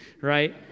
right